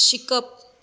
शिकप